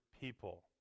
people